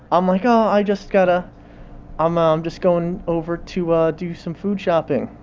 um like, oh, i just got ah um um just going over to ah do some food shopping,